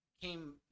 Came